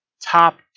top